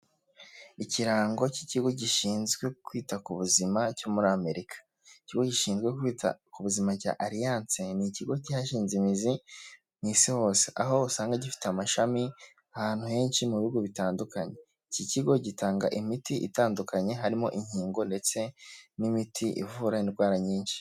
Ikirango cy'ikigo gishinzwe kwita ku buzima cyo muri Amerika ikigo gishinzwe kwita ku buzima cya ariyance ni ikigo cyashinze imizi mu isi hose aho usanga gifite amashami ahantu henshi mu bihugu bitandukanye iki kigo gitanga imiti itandukanye harimo inkingo ndetse n'imiti ivura indwara nyinshi.